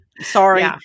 Sorry